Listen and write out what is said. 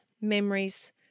memories